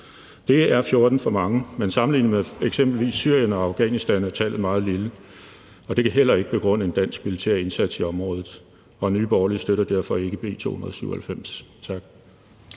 Det er 14 for mange. Men sammenlignet med eksempelvis Syrien og Afghanistan er tallet meget lille, og det kan heller ikke begrunde en dansk militær indsats i området. Nye Borgerlige støtter derfor ikke B 297. Tak.